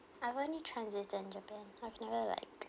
I've only transited in japan I've never like